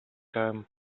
time